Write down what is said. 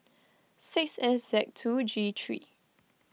six S Z two G three